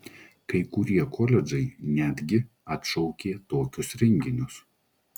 kai kurie koledžai netgi atšaukė tokius renginius